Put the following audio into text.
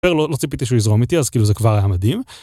לא ציפיתי שהוא יזרום איתי אז כאילו זה כבר היה מדהים.